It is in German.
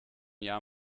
jahr